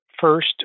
first